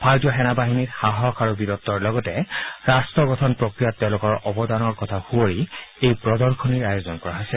ভাৰতীয় সেনা বাহিনীৰ সাহস আৰু বীৰত্ৰ লগতে ৰাট্ট গঠন প্ৰক্ৰিয়াত তেওঁলোকৰ অৱদানৰ কথা সূঁৱৰি এই প্ৰদশনীৰ আয়োজন কৰা হৈছে